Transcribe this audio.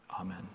Amen